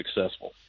successful